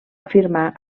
afirmar